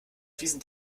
fließen